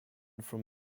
from